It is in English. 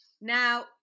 Now